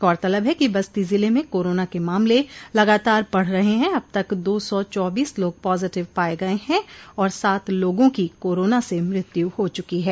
गौरतलब है कि बस्ती जिले में कोरोना के मामले लगातार बढ़ रहे हैं अब तक दो सौ चाबीस लोग पाजिटिव पाये गये हैं और सात लोगों की कोरोना से मृत्यु हो चुकी है